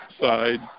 side